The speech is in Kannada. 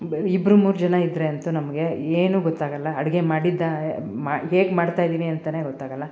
ಬೆ ಇಬ್ಬರು ಮೂರು ಜನ ಇದ್ದರೆ ಅಂತೂ ನಮಗೆ ಏನೂ ಗೊತ್ತಾಗಲ್ಲ ಅಡಿಗೆ ಮಾಡಿದ್ದು ಮಾ ಹೇಗೆ ಮಾಡ್ತಾ ಇದ್ದೀವಿ ಅಂತ ಗೊತ್ತಾಗಲ್ಲ